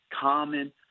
common